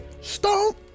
Stomp